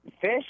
fish